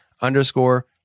underscore